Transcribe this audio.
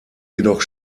jedoch